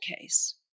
case